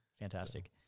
Fantastic